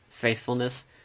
faithfulness